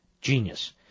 Genius